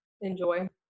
enjoy